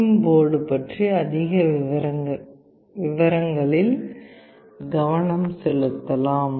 M board பற்றிய அதிக விவரங்களில் கவனம் செலுத்தலாம்